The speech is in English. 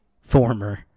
Former